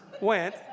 went